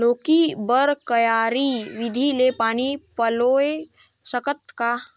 लौकी बर क्यारी विधि ले पानी पलोय सकत का?